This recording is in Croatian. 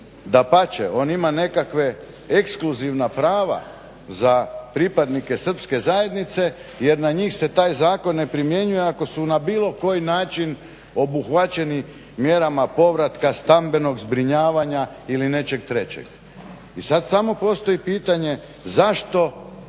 dapače on ima nekakve ekskluzivna prava za pripadnike Srpske zajednice jer na njih se taj zakon ne primjenjuje ako su na bilo koji način obuhvaćeni mjerama povratka stambenog zbrinjavanja ili nečeg trećeg. I sad samo postoji pitanje zašto mora